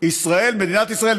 מדינת ישראל,